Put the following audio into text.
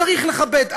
צריך לכבד.